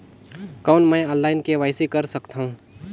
कौन मैं online KYC कर सकथव?